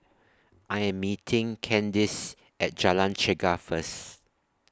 I Am meeting Candis At Jalan Chegar First